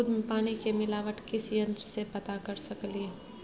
दूध में पानी के मिलावट किस यंत्र से पता कर सकलिए?